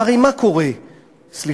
והרי מה קורה במזרח-ירושלים?